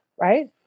right